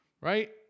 Right